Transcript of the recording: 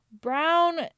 Brown